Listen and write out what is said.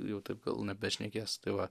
jau taip gal nebešnekės tai va